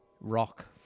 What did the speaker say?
Rock